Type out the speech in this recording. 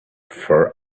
for